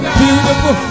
beautiful